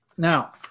Now